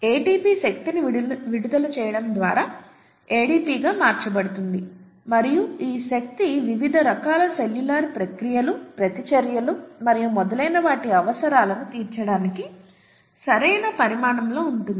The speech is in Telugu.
ATP శక్తిని విడుదల చేయడం ద్వారా ADPగా మార్చబడుతుంది మరియు ఈ శక్తి వివిధ రకాల సెల్యులార్ ప్రక్రియలు ప్రతిచర్యలు మరియు మొదలైన వాటి అవసరాలను తీర్చడానికి సరైన పరిమాణంలో ఉంటుంది